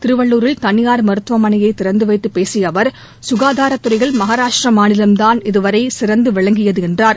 திருவள்ளூரில் தனியார் மருத்துவமனையை திறந்து வைத்துப் பேசிய அவர் சுகாதாரத் துறையில் மகாராஷ்ட்ர மாநிலம்தான் இதுவரை சிறந்து விளங்கியது என்றார்